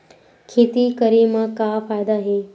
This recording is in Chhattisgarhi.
खेती करे म का फ़ायदा हे?